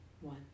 one